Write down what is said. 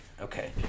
okay